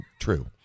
True